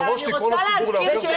מראש לקרוא לציבור להפר את הסדר או לא.